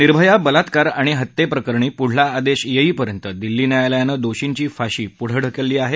निर्भया बलात्कार अणि हत्येप्रकरणी पुढला आदेश येईपर्यंत दिल्ली न्यायालयानं दोषींची फाशी पुढं ढकलली आहे